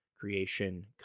creation